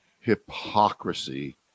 hypocrisy